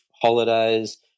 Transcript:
holidays